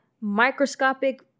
microscopic